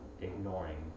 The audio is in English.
ignoring